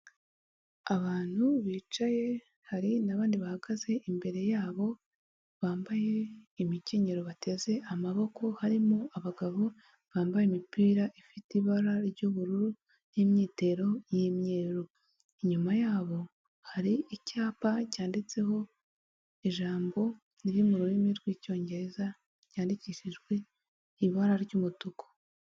Abantu bicaye hari n'abandi bahagaze imbere yabo bambaye imikenyero bateze amaboko harimo abagabo bambaye imipira ifite ibara ry'ubururu n'imyitero y'imyeru, inyuma yabo hari icyapa cyanditseho ijambo riri mu rurimi rw'icyongereza ryandikishijwe ibara ry'umutuku.